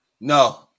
no